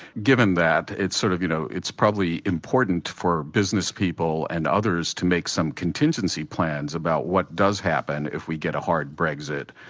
given that, it's sort of you know it's important for business people and others to make some contingency plans about what does happen if we get a hard brexit,